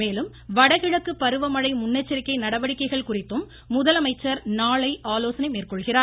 மேலும் வடகிழக்கு பருவ மழை முன்னெச்சரிக்கை நடவடிக்கைகள் குறித்தும் முதலமைச்சர் நாளை ஆலோசனை மேற்கொள்கிறார்